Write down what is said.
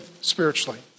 spiritually